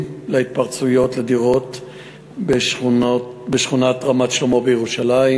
ולהתפרצויות לדירות בשכונת רמת-שלמה בירושלים,